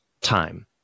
time